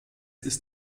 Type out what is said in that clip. ist